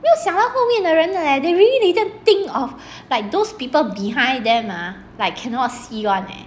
没有想到后面的人的 leh they really didn't think of like those people behind them ah like cannot see [one] leh